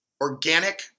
organic